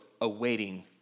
awaiting